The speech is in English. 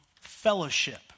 fellowship